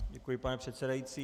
Děkuji, pane předsedající.